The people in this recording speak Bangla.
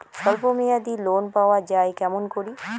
স্বল্প মেয়াদি লোন পাওয়া যায় কেমন করি?